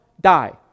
Die